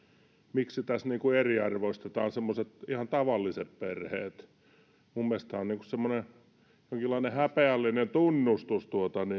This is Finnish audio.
miksi tässä niin kuin eriarvoistetaan semmoiset ihan tavalliset perheet minun mielestäni tämä on niin kuin semmoinen jonkinlainen häpeällinen tunnustus